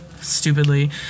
stupidly